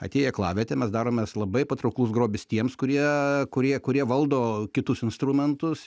atėję į aklavietę mes daromės labai patrauklus grobis tiems kurie kurie kurie valdo kitus instrumentus